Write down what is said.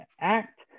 act